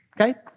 Okay